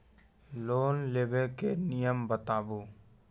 Loan लेबे के नियम बताबू?